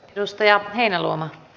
arvoisa puhemies